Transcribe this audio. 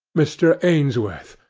mr. ainsworth,